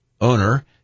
owner